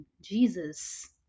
Jesus